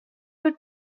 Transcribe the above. would